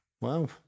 Wow